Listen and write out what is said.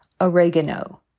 oregano